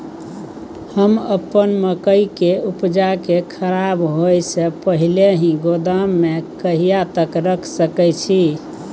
हम अपन मकई के उपजा के खराब होय से पहिले ही गोदाम में कहिया तक रख सके छी?